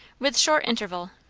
with short interval,